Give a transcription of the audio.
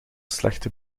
slechte